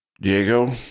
Diego